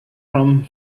from